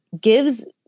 gives